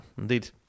indeed